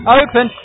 open